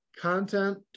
content